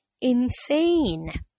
insane